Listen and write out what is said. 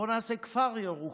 בואו נעשה כפר ירוחם.